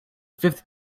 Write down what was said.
fifth